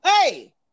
Hey